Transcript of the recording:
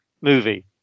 movie